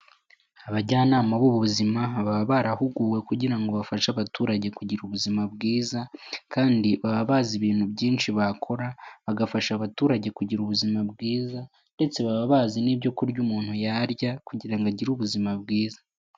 Abajyanama b'ubuzima baba barahuguwe kugira ngo bafashe abaturage kugira ubuzima bwiza. Kandi baba bazi ibintu byinshi bakora bagafasha abaturage kugira ubuzima bwiza. Ndetse baba bazi n'ibyo kurya umuntu yarya, kugira ngo agire ubuzima bwiza.